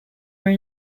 are